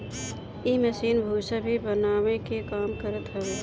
इ मशीन भूसा भी बनावे के काम करत हवे